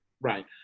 Right